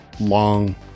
long